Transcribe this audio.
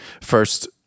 first